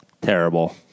terrible